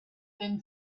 been